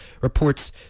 reports